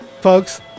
folks